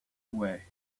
away